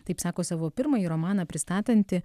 taip sako savo pirmąjį romaną pristatanti